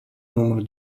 numero